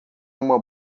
uma